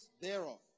thereof